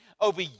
over